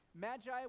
Magi